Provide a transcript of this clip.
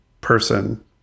person